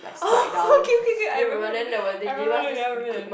oh okay okay K I remember already I remember already I remember already